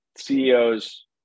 CEO's